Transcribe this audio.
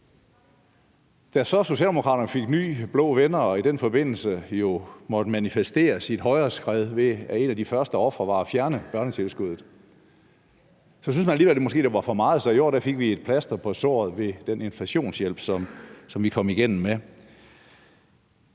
så Socialdemokraterne fik nye blå venner og i den forbindelse jo måtte manifestere sit højreskred, var et af de første ofre børnetilskuddet, der blev fjernet. Det syntes man så måske alligevel var for meget, så i år fik vi et plaster på såret ved den inflationshjælp, som vi kom igennem med.